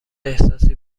احساسی